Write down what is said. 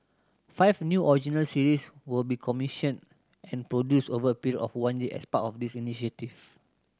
five new original series will be commissioned and produced over a period of one year as part of this initiative